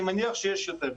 אני מניח שיש יותר.